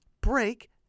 Break